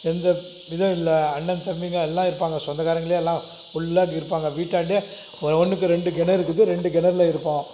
எந்த இதுவுமில்ல அண்ணன் தம்பிங்கள் எல்லாம் இருப்பாங்க சொந்தக்காரங்களே எல்லாம் ஃபுல்லாக இருப்பாங்க வீட்டாண்டையே ஒன்றுக்கு ரெண்டு கிணறு இருக்குது ரெண்டு கிணறுல இருப்போம்